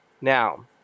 now